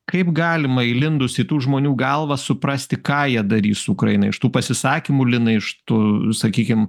kaip galima įlindus į tų žmonių galvas suprasti ką jie darys su ukraina iš tų pasisakymų linai iš tų sakykim